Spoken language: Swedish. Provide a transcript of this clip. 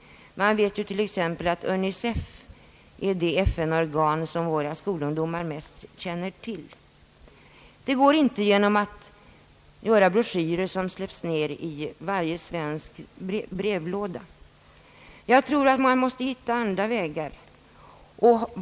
Man vet ju t.ex. att UNICEF är det FN-organ som våra skolungdomar bäst känner till. Det går inte genom att göra broschyrer som släpps ned i varje svensk brevlåda. Jag tror att man måste hitta andra vägar.